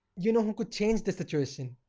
you know who could change the situation?